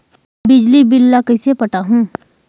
बिजली बिल ल कइसे पटाहूं?